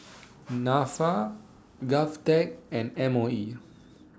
Nafa Govtech and M O E